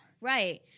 Right